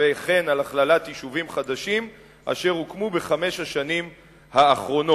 וכן יישובים חדשים אשר הוקמו בחמש השנים האחרונות.